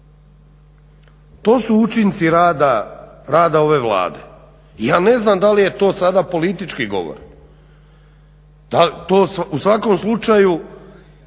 To su učinci rada ove Vlade. Ja ne znam da li je to sada politički govor, to u svakom slučaju